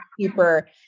super